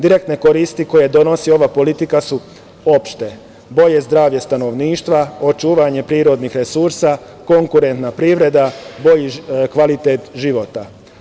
Direktne koristi koje donosi ova politika su opšte: bolje zdravlje stanovništva, očuvanje prirodnih resursa, konkurentna privreda, bolji kvalitet života.